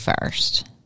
first